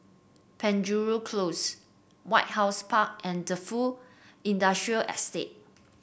Penjuru Close White House Park and Defu Industrial Estate